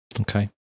Okay